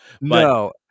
No